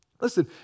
listen